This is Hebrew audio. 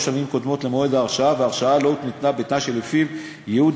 שנים קודמות למועד ההרשאה וההרשאה לא הותנתה בתנאי שלפיו ייעוד